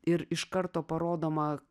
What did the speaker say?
ir iš karto parodoma